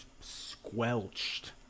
squelched